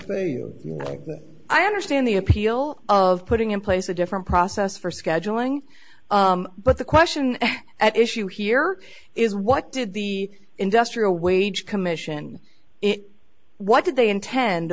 i understand the appeal of putting in place a different process for scheduling but the question at issue here is what did the industrial wage commission it what did they intend